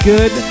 Good